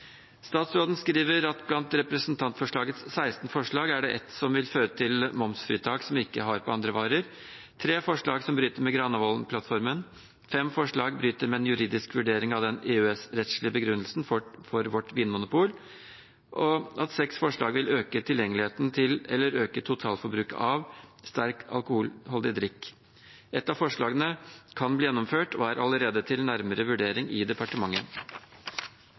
Statsråden skriver at blant representantforslagets 16 forslag er det ett som vil føre til momsfritak vi ikke har på andre varer, tre forslag som bryter med Granavolden-plattformen, fem forslag som bryter med en juridisk vurdering av den EØS-rettslige begrunnelsen for vårt vinmonopol, og seks forslag som vil øke tilgjengeligheten til eller totalforbruket av sterk alkoholholdig drikk. Ett av forslagene kan bli gjennomført, og er allerede til nærmere vurdering i departementet.